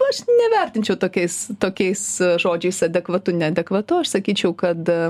aš nevertinčiau tokiais tokiais žodžiais adekvatu neadekvatu aš sakyčiau kad